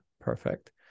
perfect